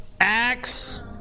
Axe